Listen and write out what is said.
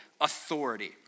authority